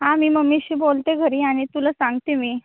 हां मी मम्मीशी बोलते घरी आणि तुला सांगते मी